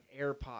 AirPods